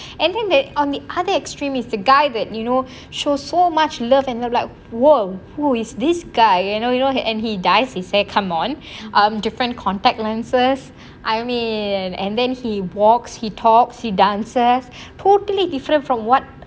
and then there's on the other extreme is the guy that you know show so much love and ~ like !whoa! who is this guy you know you know and he dyes his hair come on um different contact lenses I mean and then he walks he talks he dances totally different from what